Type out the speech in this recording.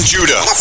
Judah